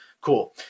Cool